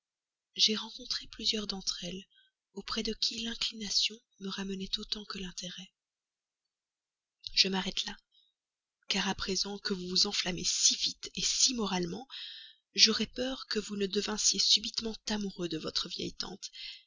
ai rencontré beaucoup auprès de qui l'inclination me ramenait autant que l'intérêt je m'arrête là car à présent que vous enflammez si vite si moralement j'aurais peur que vous ne devinssiez subitement amoureux de votre vieille tante